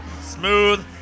Smooth